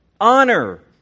honor